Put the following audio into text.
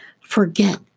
Forget